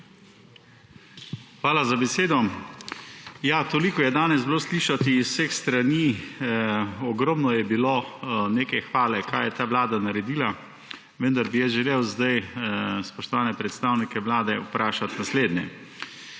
Hvala za besedo. Ja, toliko je danes bilo slišati iz vseh strani. Ogromno je bilo neke hvale kaj je ta Vlada naredila, vendar bi jaz želel sedaj, spoštovane predstavnike Vlade, vprašati naslednje.